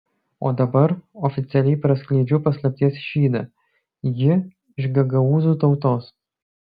o dabar oficialiai praskleidžiu paslapties šydą ji iš gagaūzų tautos